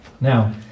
Now